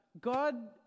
God